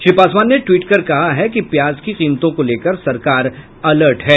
श्री पासवान ने टवीट कर कहा है कि प्याज की कीमतों को लेकर सरकार अलर्ट है